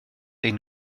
ein